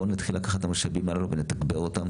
בוא נתחיל לקחת את המשאבים הללו ולתגבר אותם,